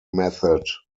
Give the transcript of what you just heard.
method